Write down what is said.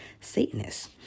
Satanists